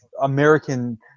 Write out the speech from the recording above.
American